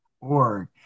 Org